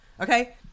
Okay